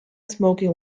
smoking